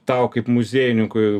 tau kaip muziejininkui